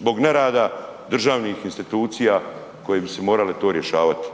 zbog nerada državnih institucija koje bi si morale to rješavati.